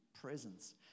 Presence